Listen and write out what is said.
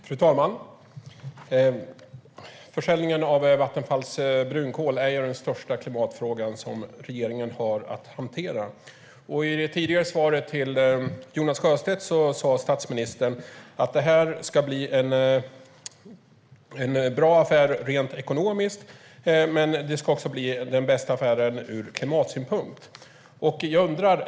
Fru talman! Försäljningen av Vattenfalls brunkol är den största klimatfrågan som regeringen har att hantera. I det tidigare svaret till Jonas Sjöstedt sa statsministern att det ska bli en bra affär rent ekonomiskt, men det ska också bli den bästa affären ur klimatsynpunkt.